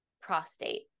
prostate